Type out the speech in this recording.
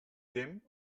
tem